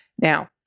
Now